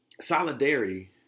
solidarity